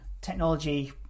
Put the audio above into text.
technology